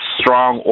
strong